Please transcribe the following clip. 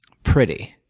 pretty.